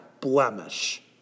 blemish